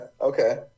okay